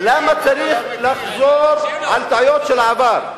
למה צריך לחזור על טעויות של העבר?